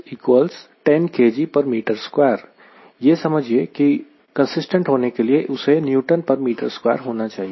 WS 10 kgm2 यह समझिए की कंसिस्टेंट होने के लिए उसे Nm2 होना चाहिए